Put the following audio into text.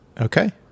okay